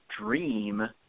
dream